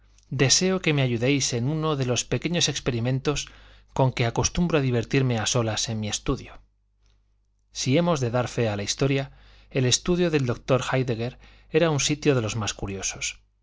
deseo que me ayudéis en uno de los pequeños experimentos con que acostumbro divertirme a solas en mi estudio si hemos de dar fe a la historia el estudio del doctor héidegger era un sitio de los más curiosos